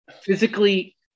physically